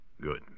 Good